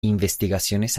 investigaciones